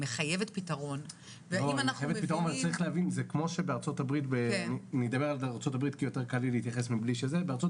שמחייבת פתרון --- זה כמו שבסיליקון וואלי בארצות